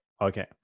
Okay